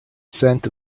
scent